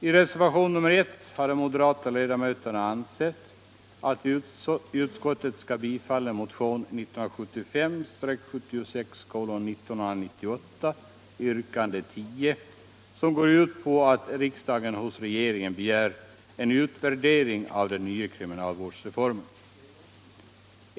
I reser Vationen 1 har de moderata ledamöterna ansett att utskottet skall bifalla geringen begär en utvärdering av den nya kriminalvårdsreformen.